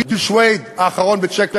גיל שוויד ב"צ'ק פוינט"